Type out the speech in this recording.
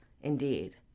indeed